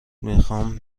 میخام